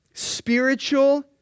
spiritual